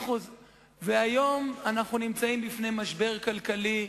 היום אנחנו נמצאים בפני המשבר הכלכלי,